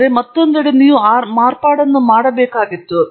ಆದರೆ ಮತ್ತೊಂದೆಡೆ ನೀವು ಆ ಮಾರ್ಪಾಡನ್ನು ಮಾಡಬೇಕಾಗಿತ್ತು